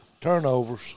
turnovers